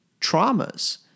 traumas